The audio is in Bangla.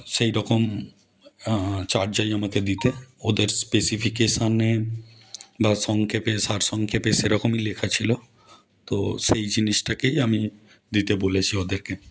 সেই রকম চার্জারই আমাকে দিতে ওদের স্পেসিফিকেশনের বা সংক্ষেপে সারসংক্ষেপে সেরকমই লেখা ছিল তো সেই জিনিসটাকেই আমি দিতে বলেছি ওদেরকে